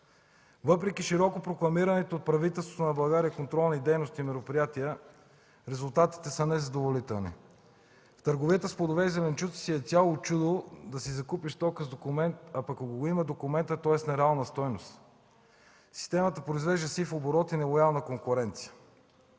Въпреки широко прокламираните от правителството на България контролни дейности и мероприятия, резултатите са незадоволителни. В търговията с плодове и зеленчуци си цяло чудо да си закупиш стока с документ, а пък ако има документ, той е с нереална стойност. Системата произвежда сив оборот и нелоялна конкуренция.